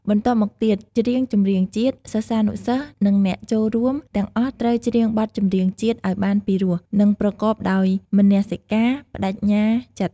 បន្ទាប់មកទៀត ច្រៀងចម្រៀងជាតិ សិស្សានុសិស្ស និងអ្នកចូលរួមទាំងអស់ត្រូវ ច្រៀងបទចម្រៀងជាតិ ឲ្យបានពីរោះ និងប្រកបដោយមនសិការ ប្ដេជ្ញាចិត្ត។